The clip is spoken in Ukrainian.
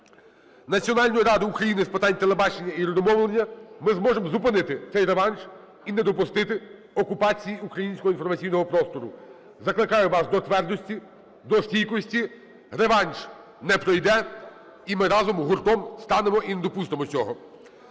Національної ради України з питань телебачення і радіомовлення, ми зможемо зупинити цей реванш і не допустити окупації українського інформаційного простору. Закликаю вас до твердості, до стійкості. Реванш не пройде. І ми разом, гуртом, станемо і не допустимо цього.